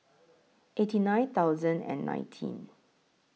eighty nine thousand and nineteen